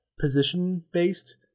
position-based